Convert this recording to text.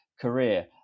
career